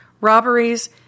robberies